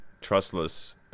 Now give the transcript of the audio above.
trustless